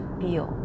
feel